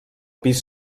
pis